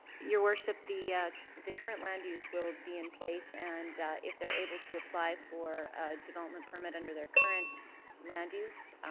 your worship, the the current land use will be in place and if they're able to apply for a development permit under their current land use,